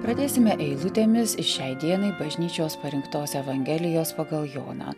pradėsime eilutėmis iš šiai dienai bažnyčios parinktos evangelijos pagal joną